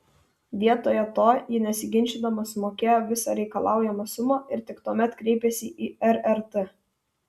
vietoje to ji nesiginčydama sumokėjo visą reikalaujamą sumą ir tik tuomet kreipėsi į rrt